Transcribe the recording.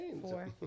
four